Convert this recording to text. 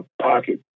pocket